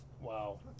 Wow